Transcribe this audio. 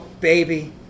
baby